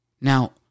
Now